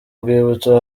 rwibutso